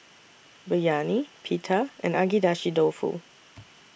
Biryani Pita and Agedashi Dofu